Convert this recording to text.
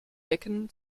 decken